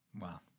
Wow